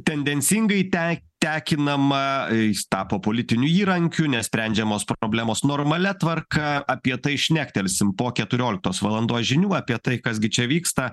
tendencingai te tekinama jis tapo politiniu įrankiu nesprendžiamos problemos normalia tvarka apie tai šnektelsim po keturioliktos valandos žinių apie tai kas gi čia vyksta